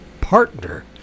partner